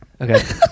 Okay